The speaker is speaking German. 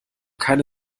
keine